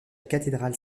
cathédrale